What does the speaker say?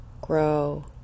grow